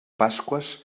pasqües